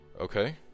Okay